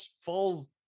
fall